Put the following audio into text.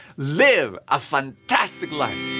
live a fantastic life!